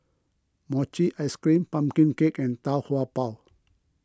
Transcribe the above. Mochi Ice Cream Pumpkin Cake and Tau Kwa Pau